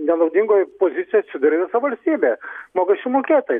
nenaudingoj pozicijoj atsiduria visa valstybė mokesčių mokėtojai